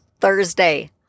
Thursday